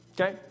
Okay